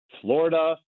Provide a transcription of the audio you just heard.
Florida